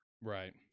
Right